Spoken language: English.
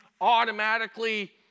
automatically